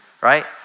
Right